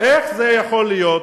איך זה יכול להיות